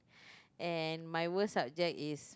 and my worse subject is